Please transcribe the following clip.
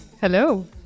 hello